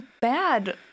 bad